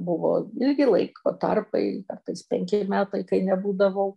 buvo ilgi laiko tarpai kartais penki metai kai nebūdavau